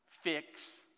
Fix